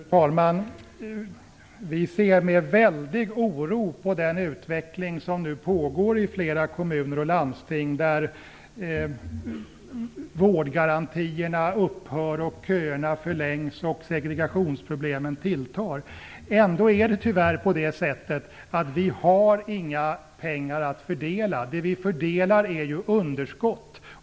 Fru talman! Vi ser med väldig oro på den utveckling som nu pågår i flera kommuner och landsting där vårdgarantierna upphör, köerna förlängs och segregationsproblemen tilltar. Ändå är det tyvärr så att vi inte har några pengar att fördela. Det vi fördelar är ju underskott!